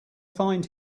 find